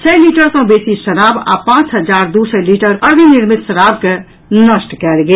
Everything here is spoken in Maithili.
सय लीटर सँ बेसी शराब आ पांच हजार दू सय लीटर अर्द्वनिर्मित शराब के नष्ट कयल गेल